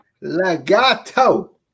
Legato